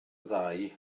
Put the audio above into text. ddau